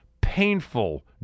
painful